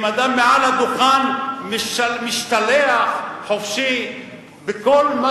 אם אדם מעל הדוכן משתלח חופשי בכל מה